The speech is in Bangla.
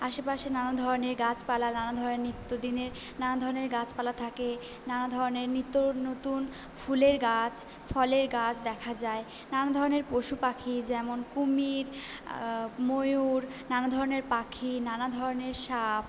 আশেপাশে নানা ধরণের গাছপালা নানা ধরণের নিত্য দিনের নানা ধরণের গাছপালা থাকে নানা ধরণের নিত্য নতুন ফুলের গাছ ফলের গাছ দেখা যায় নানা ধরণের পশুপাখি যেমন কুমির ময়ূর নানা ধরণের পাখি নানা ধরণের সাপ